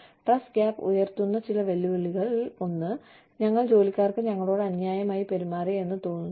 trust gap ഉയർത്തുന്ന ചില വെല്ലുവിളികൾ ഒന്ന് ഞങ്ങൾ ജോലിക്കാർക്ക് ഞങ്ങളോട് അന്യായമായി പെരുമാറി എന്ന് തോന്നി